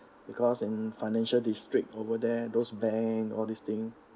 because and financial district over there those bank all these thing